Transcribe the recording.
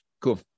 Cool